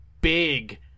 big